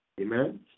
Amen